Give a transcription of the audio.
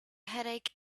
headache